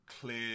clear